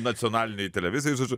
nacionalinėj televizijoj žodžiu